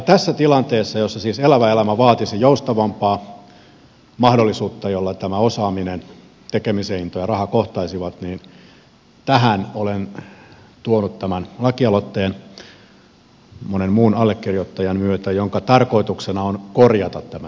tähän tilanteeseen jossa siis elävä elämä vaatisi joustavampaa mahdollisuutta jolla tämä osaaminen tekemisen into ja raha kohtaisivat olen monen muun allekirjoittajan myötä tuonut tämän lakialoitteen jonka tarkoituksena on korjata tämä tilanne